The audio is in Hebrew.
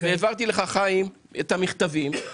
העברתי לך חיים את המכתבים,